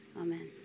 Amen